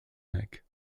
neck